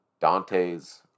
Dante's